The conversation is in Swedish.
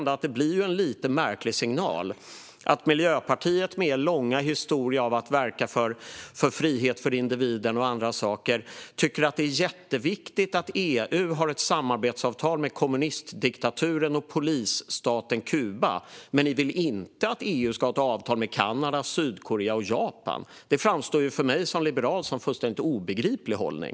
Det blir en lite märklig signal att Miljöpartiet med sin långa historia av att verka för frihet för individen och annat tycker att det är jätteviktigt att EU har ett samarbetsavtal med kommunistdiktaturen och polisstaten Kuba. Men man vill inte att EU ska ha ett avtal med Kanada, Sydkorea och Japan. För mig som liberal framstår det som en fullständigt obegriplig hållning.